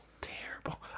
Terrible